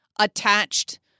attached